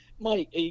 Mike